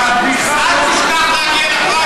אל תשכח להגיע לפריימריז.